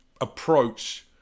approach